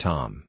Tom